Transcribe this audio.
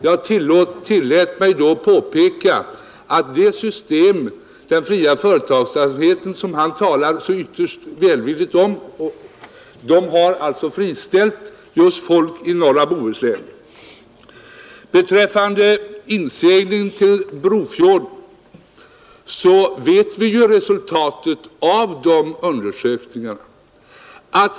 Jag tillät mig då påpeka att den fria företagsamheten — det system som han talar så ytterst välvilligt om — har friställt folk just i norra Bohuslän. Vad beträffar inseglingen till Brofjorden vet vi ju resultaten av dessa undersökningar.